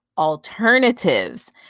alternatives